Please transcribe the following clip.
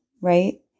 right